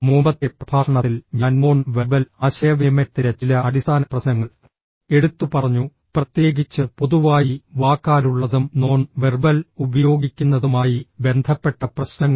മുമ്പത്തെ പ്രഭാഷണത്തിൽ ഞാൻ നോൺ വെർബൽ ആശയവിനിമയത്തിന്റെ ചില അടിസ്ഥാന പ്രശ്നങ്ങൾ എടുത്തുപറഞ്ഞു പ്രത്യേകിച്ച് പൊതുവായി വാക്കാലുള്ളതും നോൺ വെർബൽ ഉപയോഗിക്കുന്നതുമായി ബന്ധപ്പെട്ട പ്രശ്നങ്ങൾ